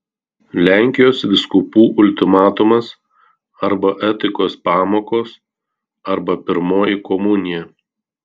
lenkijos vyskupų ultimatumas arba etikos pamokos arba pirmoji komunija